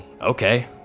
okay